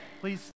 Please